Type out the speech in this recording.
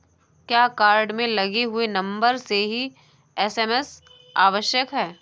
क्या कार्ड में लगे हुए नंबर से ही एस.एम.एस आवश्यक है?